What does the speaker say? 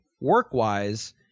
work-wise